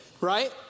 right